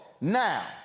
Now